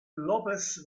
lópez